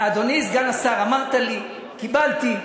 אדוני סגן השר, אמרת לי, קיבלתי.